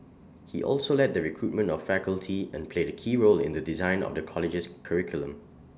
he also led the recruitment of faculty and played A key role in the design of the college's curriculum